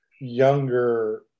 younger